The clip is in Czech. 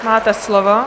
Máte slovo.